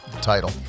title